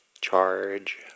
charge